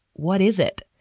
what is it?